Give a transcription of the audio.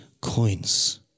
coins